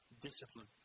Discipline